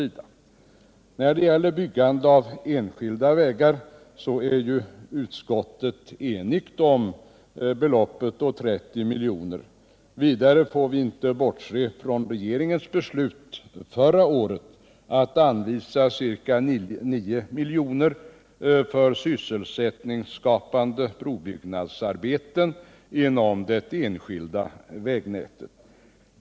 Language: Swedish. När det gäller byggande av enskilda vägar är utskottet enigt om det föreslagna beloppet, 30 miljoner. Vidare får vi inte bortse från regeringens beslut förra året att anvisa ca 9 miljoner för sysselsättningsskapande brobyggnadsarbeten inom det enskilda vägnätet.